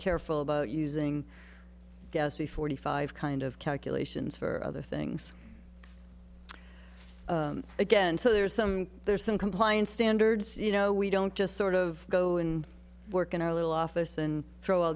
careful about using gaspy forty five kind of calculations for other things again so there's some there's some compliance standards you know we don't just sort of go and work in our little office and throw all